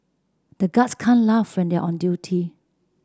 the guards can't laugh when they are on duty